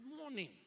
morning